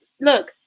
Look